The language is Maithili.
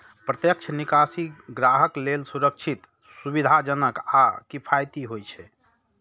प्रत्यक्ष निकासी ग्राहक लेल सुरक्षित, सुविधाजनक आ किफायती होइ छै